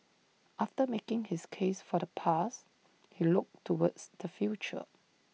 after making his case for the past he looked towards the future